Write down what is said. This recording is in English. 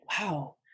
wow